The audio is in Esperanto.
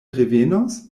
revenos